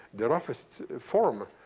the roughest form,